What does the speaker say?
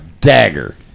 Dagger